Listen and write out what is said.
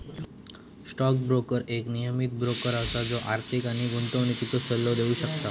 stock broker एक नियमीत broker असा जो आर्थिक आणि गुंतवणुकीचो सल्लो देव शकता